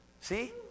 See